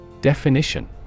Definition